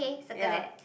ya